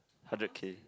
hundred K